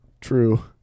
true